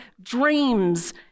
Dreams